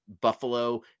Buffalo